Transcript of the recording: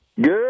Good